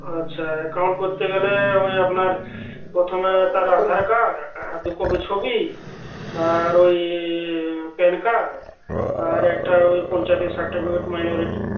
আচ্ছা অ্যাকাউন্ট করতে গেলে ওই আপনার প্রথমে তার আধার কার্ড আর দু কপি ছবি আর ওই প্যান কার্ড আর একটা ওই পঞ্চায়েতের সার্টিফিকেট মাইনরিটি